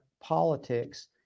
politics